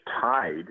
tied